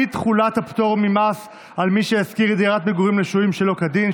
אי-תחולת הפטור ממס על מי שהשכיר דירת מגורים לשוהים שלא כדין),